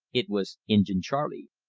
it was injin charley.